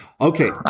Okay